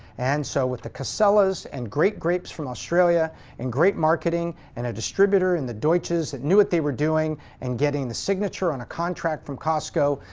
and so with the casellas and great grapes from australia and great marketing and a distributor in the deutsches that new what they were doing and getting the signature on a contract from costco,